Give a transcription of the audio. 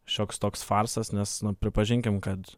šioks toks farsas nes nu pripažinkim kad